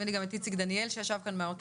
נדמה לי גם את איציק דניאל שישב כאן מהאוצר,